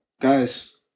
Guys